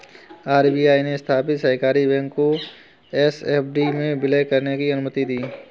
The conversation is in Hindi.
आर.बी.आई ने स्थापित सहकारी बैंक को एस.एफ.बी में विलय करने की अनुमति दी